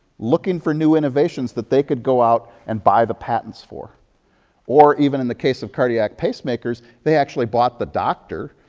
looking for new innovations that they could go out and buy the patents for or, even in the case of cardiac pacemakers, they actually bought the doctor.